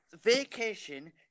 Vacation